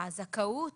הזכאות